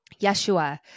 Yeshua